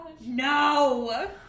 No